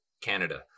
Canada